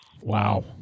Wow